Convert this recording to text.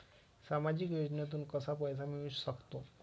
सामाजिक योजनेतून कसा पैसा मिळू सकतो?